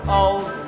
old